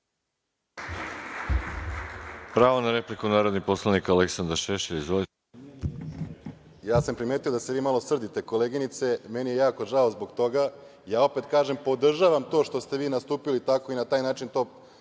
Pravo na repliku, narodni poslanik Aleksandar Šešelj. Izvolite. **Aleksandar Šešelj** Ja sam primetio da se vi malo srdite, koleginice. Meni je jako žao zbog toga. Opet kažem, podržavam to što ste vi nastupili tako i na taj način to